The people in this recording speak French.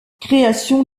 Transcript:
création